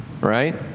right